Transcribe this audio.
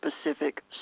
specific